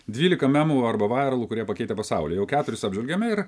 dvylika memų arba vairalų kurie pakeitę pasaulį jau keturis apžvelgėme ir